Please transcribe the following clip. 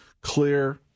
Clear